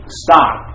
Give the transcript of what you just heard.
stop